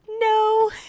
No